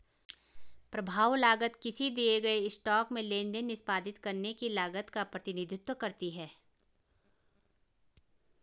प्रभाव लागत किसी दिए गए स्टॉक में लेनदेन निष्पादित करने की लागत का प्रतिनिधित्व करती है